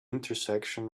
intersection